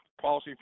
policy